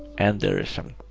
and there is some,